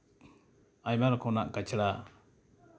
ᱟᱭᱢᱟ ᱨᱚᱠᱚᱢᱟᱜ ᱠᱟᱪᱲᱟ